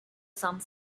some